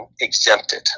exempted